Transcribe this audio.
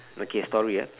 okay story ah